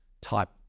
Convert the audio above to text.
type